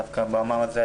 דווקא במעמד הזה,